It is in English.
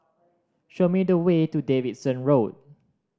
show me the way to Davidson Road